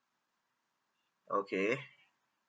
okay